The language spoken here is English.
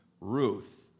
Ruth